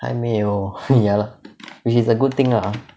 还没有 ya lor which is a good thing ah